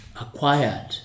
acquired